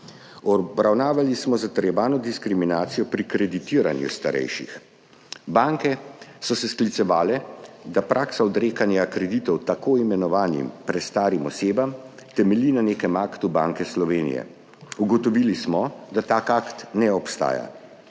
Obravnavali smo zatrjevano diskriminacijo pri kreditiranju starejših. Banke so se sklicevale, da praksa odrekanja kreditov tako imenovanim prestarim osebam temelji na nekem aktu Banke Slovenije. Ugotovili smo, da tak akt ne obstaja.